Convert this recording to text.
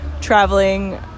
traveling